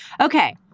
Okay